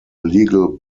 legal